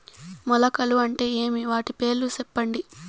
మొలకలు అంటే ఏమి? వాటి పేర్లు సెప్పండి?